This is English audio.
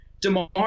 Demar